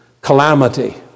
calamity